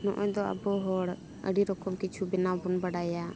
ᱱᱚᱜᱼᱚᱭ ᱫᱚ ᱟᱵᱚ ᱦᱚᱲ ᱟᱹᱰᱤ ᱨᱚᱠᱚᱢ ᱠᱤᱪᱷᱩ ᱵᱮᱱᱟᱣ ᱵᱚᱱ ᱵᱟᱲᱟᱭᱟ